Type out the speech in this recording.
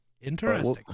Interesting